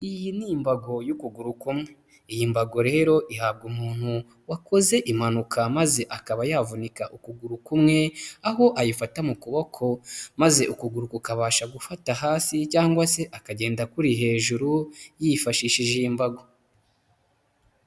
Iyi ni imbago y'ukuguru kumwe, iyi mbago rero ihabwa umuntu wakoze impanuka maze akaba yavunika ukuguru kumwe, aho ayifata mu kuboko maze ukuguru kukabasha gufata hasi cyangwa se akagenda kuri hejuru, yifashishije imbago.